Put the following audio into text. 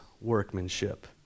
workmanship